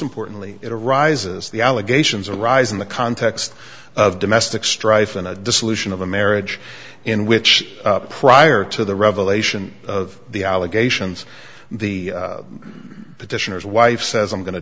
importantly it arises the allegations arise in the context of domestic strife and dissolution of a marriage in which prior to the revelation of the allegations the petitioners wife says i'm going to